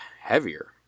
heavier